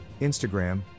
Instagram